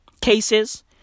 cases